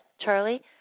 Charlie